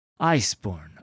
Iceborn